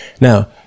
Now